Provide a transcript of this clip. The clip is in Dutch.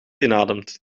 inademt